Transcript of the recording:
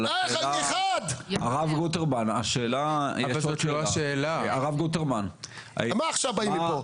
אבל -- הרב גוטרמן --- למה עכשיו באים לפה?